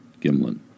Gimlin